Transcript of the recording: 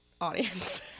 audience